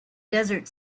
desert